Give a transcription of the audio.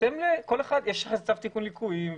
יש לך צו תיקון ליקויים,